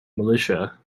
militia